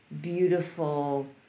beautiful